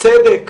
צדק